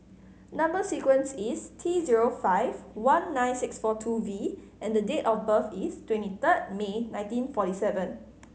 number sequence is T zero five one nine six four two V and the date of birth is twenty third May nineteen forty seven